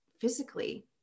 physically